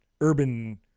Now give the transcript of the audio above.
urban